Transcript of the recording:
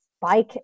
bike